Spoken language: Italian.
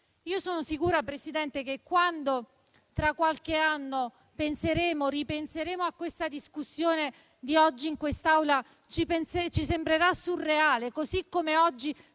Sono sicura, Presidente, che quando, tra qualche anno, ripenseremo alla discussione di oggi in quest'Aula ci sembrerà surreale, così come oggi